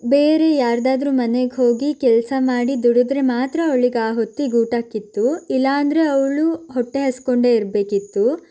ಬೇರೆ ಯಾರದಾದರೂ ಮನೆಗೆ ಹೋಗಿ ಕೆಲಸ ಮಾಡಿ ದುಡಿದರೆ ಮಾತ್ರ ಅವಳಿಗೆ ಆ ಹೊತ್ತಿಗೆ ಊಟಕ್ಕಿತ್ತು ಇಲ್ಲಾಂದ್ರೆ ಅವಳು ಹೊಟ್ಟೆ ಹಸ್ಕೊಂಡೆ ಇರಬೇಕಿತ್ತು